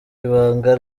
ibanga